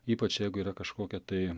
ypač jeigu yra kažkokia tai